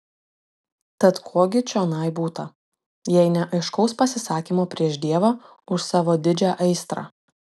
tad ko gi čionai būta jei ne aiškaus pasisakymo prieš dievą už savo didžią aistrą